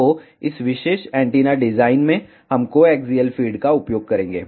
तो इस विशेष एंटीना डिजाइन में हम कोएक्सियल फ़ीड का उपयोग करेंगे